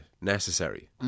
necessary